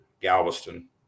Galveston